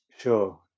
Sure